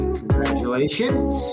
congratulations